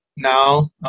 Now